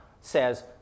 says